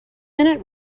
minute